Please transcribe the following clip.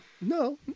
No